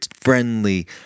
friendly